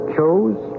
Chose